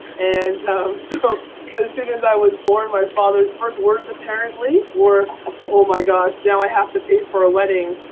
and um so as soon as i was born, my father's first words apparently or oh my gosh, now, i have to pay for a wedding.